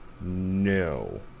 No